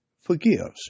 forgives